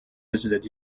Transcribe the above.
visited